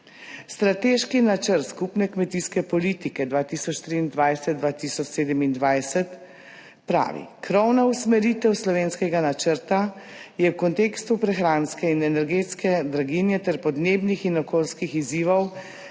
(Nadaljevanje) kmetijske politike 2023-2027 pravi: krovna usmeritev slovenskega načrta je v kontekstu prehranske in energetske blaginje ter podnebnih in okoljskih izzivov